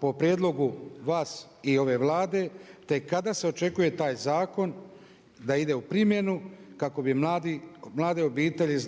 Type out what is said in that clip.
po prijedlogu vas i ove Vlade, te kada se očekuje taj zakon da ide u primjenu kako bi mlade obitelji